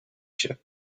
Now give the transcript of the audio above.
się